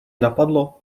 napadlo